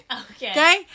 Okay